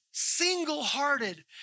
single-hearted